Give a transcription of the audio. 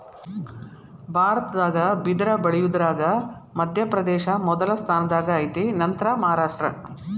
ಭಾರತದಾಗ ಬಿದರ ಬಳಿಯುದರಾಗ ಮಧ್ಯಪ್ರದೇಶ ಮೊದಲ ಸ್ಥಾನದಾಗ ಐತಿ ನಂತರಾ ಮಹಾರಾಷ್ಟ್ರ